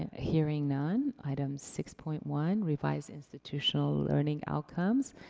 hearing none, item six point one, revised institutional learning outcomes.